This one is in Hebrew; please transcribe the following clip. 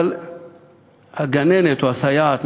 אבל הגננת או הסייעת,